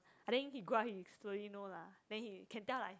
I think he grow up he slowly know lah then he can tell lah